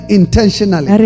intentionally